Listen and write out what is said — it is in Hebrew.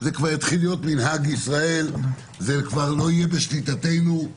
זה יתחיל להיות מנהג ישראל, לא יהיה בשליטתנו.